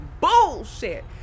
bullshit